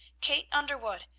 kate underwood,